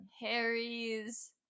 Harry's